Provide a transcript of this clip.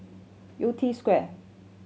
Yew Tee Square